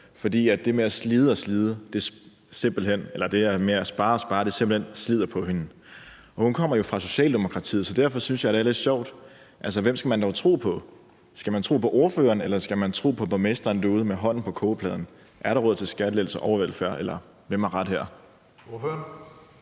fordi det med at spare og spare simpelt hen slider på hende. Hun kommer jo fra Socialdemokratiet, så derfor synes jeg, det er lidt sjovt. Altså, hvem skal man dog tro på? Skal man tro på ordføreren, eller skal man tro på borgmesteren derude med hånden på kogepladen? Er der råd til skattelettelser og velfærd, eller hvem har ret her? Kl.